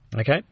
Okay